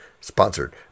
sponsored